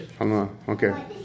Okay